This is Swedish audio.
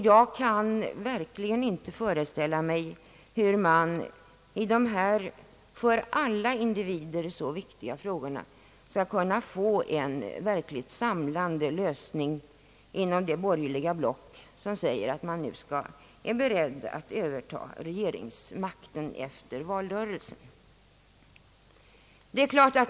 Jag kan verkligen inte föreställa mig hur man i dessa för alla individer så viktiga frågor skall kunna åstadkomma en verkligt samlande lösning inom det borgerliga block, som säger att det nu är berett att övertaga regeringsmakten efter valrörelsen.